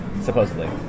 supposedly